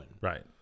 Right